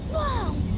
oh